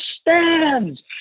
stands